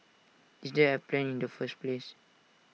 is there A plan in the first place